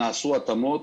נעשו התאמות.